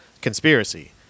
conspiracy